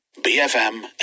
BFM